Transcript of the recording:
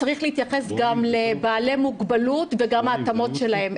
צריך להתייחס גם לבעלי מוגבלות וגם להתאמות שלהם.